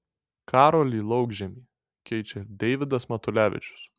karolį laukžemį keičia deivydas matulevičius